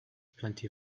plenty